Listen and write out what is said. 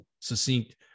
succinct